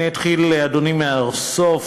אתחיל, אדוני, מהסוף.